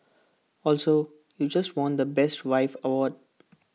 also you just won the best wife award